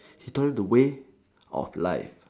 he taught him the way of life